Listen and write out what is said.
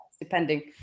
depending